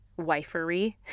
wifery